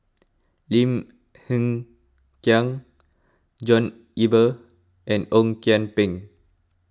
Lim Hng Kiang John Eber and Ong Kian Peng